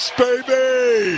baby